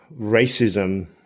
racism